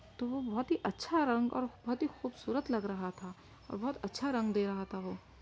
تو وہ بہت ہی اچھا رنگ اور بہت ہی خوبصورت لگ رہا تھا اور بہت اچھا رنگ دے رہا تھا وہ